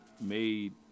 made